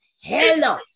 Hello